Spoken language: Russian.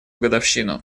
годовщину